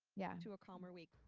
yeah to a calmer week!